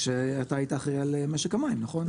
כשאתה היית אחראי על משק המים, נכון?